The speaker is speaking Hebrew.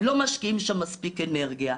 לא משקיעים שמה מספיק אנרגיה.